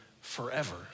forever